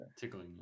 tickling